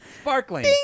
Sparkling